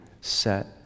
set